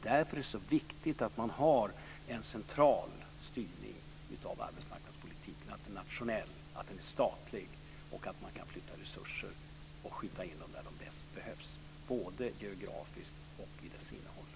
Därför är det viktigt att man har en central styrning av arbetsmarknadspolitiken, att den är nationell och statlig och att man kan skjuta in resurser där de bäst behövs - både geografiskt och till sitt innehåll.